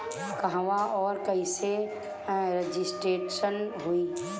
कहवा और कईसे रजिटेशन होई?